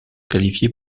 qualifier